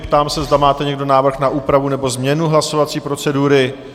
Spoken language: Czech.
Ptám se, zda máte někdo návrh na úpravu nebo změnu hlasovací procedury?